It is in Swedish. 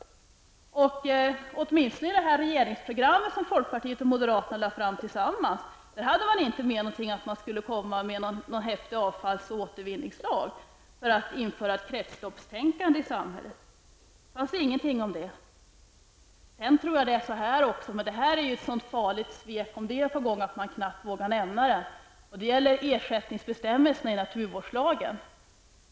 Åtminstone i det regeringsprogram som folkpartiet och moderaterna tillsammans har lagt fram har man inte med någonting om en häftig avfalls och återvinningslag för att införa kretsloppstänkande i samhället. Sedan vill jag ta upp en annan sak -- men det gäller ett så farligt svek om det är på gång att man knappt vågar nämna det -- nämligen ersättningsbestämmelserna i naturvårdslagen.